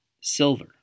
silver